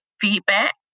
feedback